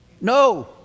No